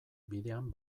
bidean